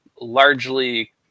largely